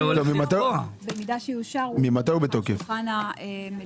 במידה שיאושר, יונח על שולחן המליאה.